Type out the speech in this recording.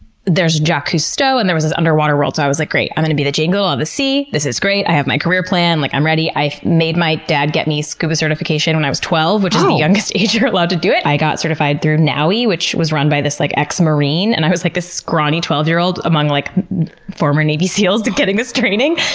there's jacques cousteau, and there was this underwater world. so i was like, great, i'm gonna be the jane goodall of the sea, this is great. i have my career plan. like i'm ready. i made my dad get me scuba certification when i was twelve, which is the youngest age you're allowed to do it. i got certified through naui, which was run by this like ex-marine, and i was like this scrawny twelve year old among like former navy seals getting this training.